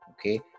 Okay